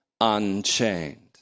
unchained